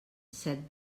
set